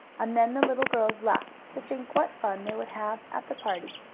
and then the little girls laughed to think what fun they would have at the party.